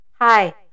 Hi